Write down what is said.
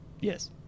Yes